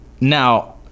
now